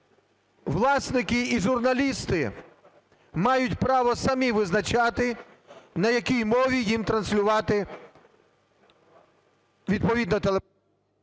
власники і журналісти мають право самі визначати, на якій мові їм транслювати відповідно…